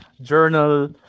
Journal